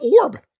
orb